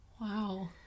Wow